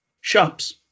shops